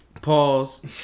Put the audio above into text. Pause